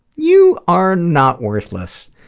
you are not worthless.